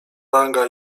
ranga